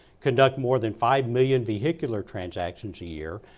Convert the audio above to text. conducted more than five million vehicular transactions a year,